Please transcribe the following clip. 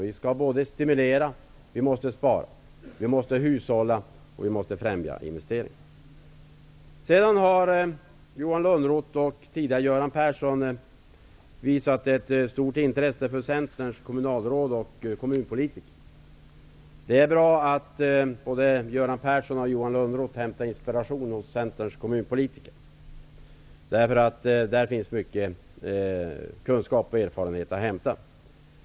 Vi måste såväl stimulera och spara som hushålla och främja investeringar. Johan Lönnroth, och tidigare Göran Persson, har visat ett stort intresse för Centerns kommunalråd och kommunpolitiker. Det är bra att båda dessa herrar hämtar inspiration hos Centerns kommunpolitiker, eftersom det finns mycken kunskap och erfarenhet att hämta där.